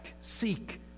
seek